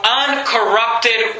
uncorrupted